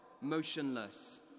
motionless